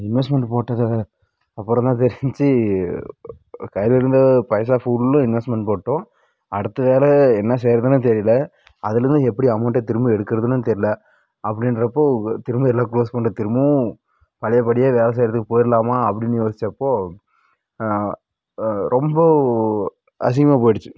investment போட்டதுக்காக அப்புறம் தான் தெரிஞ்ச்சு கையில இருந்த பைசா ஃபுல்லும் இன்வெஸ்ட்மெண்ட் போட்டோம் அடுத்த வேலை என்ன செய்யறதுன்னு தெரியல அதுலருந்து எப்படி அமௌண்டை திரும்ப எடுக்குறதுன்னும் தெரில அப்படின்றப்போ திரும்ப எல்லாம் குளோஸ் பண்ணிட்டு திரும்பவும் பழையபடியே வேலை செய்யறதுக்கு போய்ரலாமா அப்படினு யோசிச்சப்போ ரொம்ப அசிங்கமாக போய்டுச்சு